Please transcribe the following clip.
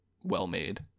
well-made